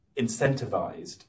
incentivized